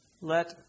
Let